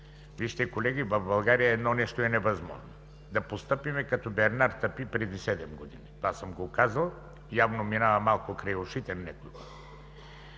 вижте, колеги, в България едно нещо е невъзможно – да постъпим като Бернар Тапи преди седем години. Аз съм го казал – явно минава малко край ушите на някои